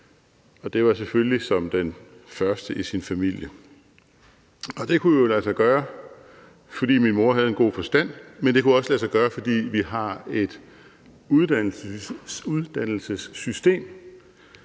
og det var selvfølgelig som den første i sin familie. Det kunne lade sig gøre, fordi min mor havde en god forstand, men det kunne også lade sig gøre, fordi vi har et uddannelsessystem,